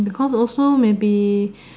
because also may be